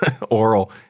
oral